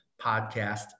Podcast